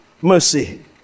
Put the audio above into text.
mercy